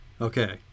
Okay